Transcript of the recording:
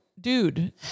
dude